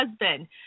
husband